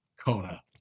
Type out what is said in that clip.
Kona